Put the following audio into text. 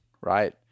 right